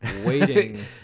waiting